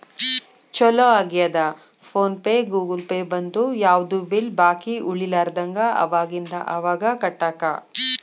ಚೊಲೋ ಆಗ್ಯದ PhonePe Google Pay ಬಂದು ಯಾವ್ದು ಬಿಲ್ ಬಾಕಿ ಉಳಿಲಾರದಂಗ ಅವಾಗಿಂದ ಅವಾಗ ಕಟ್ಟಾಕ